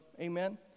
Amen